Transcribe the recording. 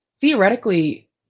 theoretically